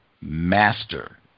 master